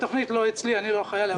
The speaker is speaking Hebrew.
התוכנית לא אצלי, אני לא אחראי עליה.